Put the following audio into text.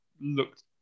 looked